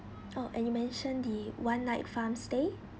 oh and you mentioned the one night farm stay